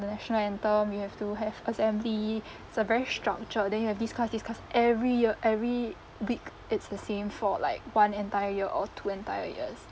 the national anthem you have to have assembly it's a very structured then you have this class this class every year every week it's the same for like one entire year or two entire years